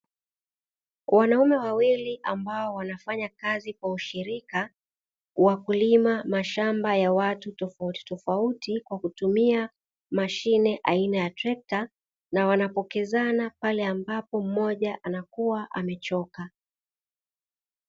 Wanaume wawili ambao wanafanya kazi kwa ushirika wakulima mashamba ya watu tofauti tofauti, kwa kutumia mashine aina ya trekta na wana pokezana pale ambapo mmoja anakuwa amechoka.